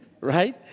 Right